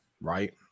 right